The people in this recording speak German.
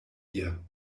ihr